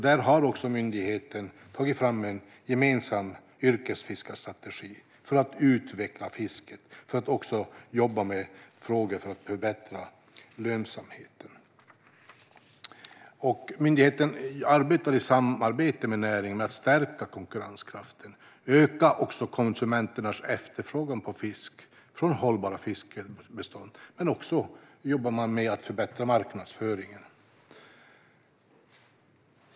Där har också myndigheterna tagit fram en gemensam yrkesfiskarstrategi för att utveckla fisket och också jobba med frågor för att förbättra lönsamheten. Myndigheterna samarbetar med näringen för att stärka konkurrenskraften och öka konsumenternas efterfrågan på fisk från hållbara bestånd. Man jobbar också med att förbättra marknadsföringen.